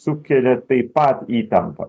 sukelia taip pat įtampą